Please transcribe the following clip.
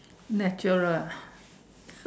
natural ah